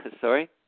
sorry